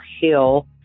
Hill